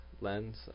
lens